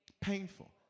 Painful